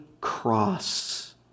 cross